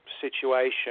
situation